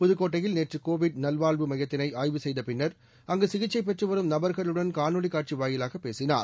புதுக்கோட்டையில் நேற்று கோவிட் நல்வாழ்வு மையத்தினை ஆய்வு செய்த பின்னர் அங்கு சிகிச்சை பெற்றுவரும் நபர்களுடன் காணொலி காட்சி வாயிலாக பேசினார்